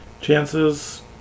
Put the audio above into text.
chances